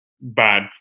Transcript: bad